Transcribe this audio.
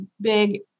big